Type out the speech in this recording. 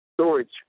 storage